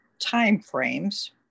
timeframes